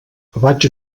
vaig